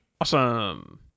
awesome